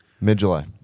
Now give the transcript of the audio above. Mid-July